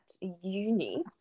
uni